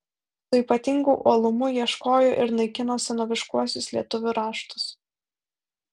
su ypatingu uolumu ieškojo ir naikino senoviškuosius lietuvių raštus